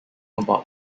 about